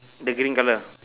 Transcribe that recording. the green colour